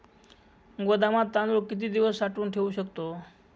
गोदामात तांदूळ किती दिवस साठवून ठेवू शकतो?